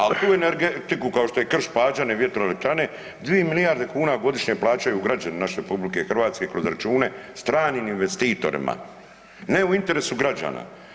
A tu energetiku kao što je Krš – Pađene vjetroelektrane 2 milijarde kuna godišnje plaćaju građani naše RH kroz račune stranim investitorima ne u interesu građana.